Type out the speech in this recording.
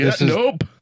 Nope